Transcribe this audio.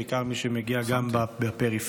בעיקר מי שמגיע מהפריפריה.